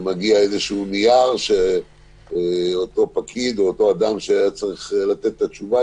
שמגיע איזה נייר שאותו פקיד או אותו אדם שהיה צריך לתת את התשובה,